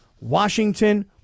Washington